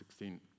2016